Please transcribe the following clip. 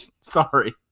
Sorry